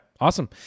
Awesome